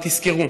תזכרו,